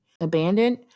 abandoned